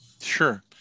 sure